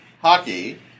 hockey